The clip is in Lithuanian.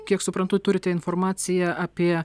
kiek suprantu turite informaciją apie